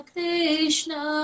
Krishna